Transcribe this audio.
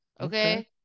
Okay